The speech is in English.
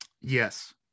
yes